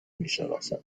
میشناسند